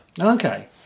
Okay